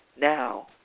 Now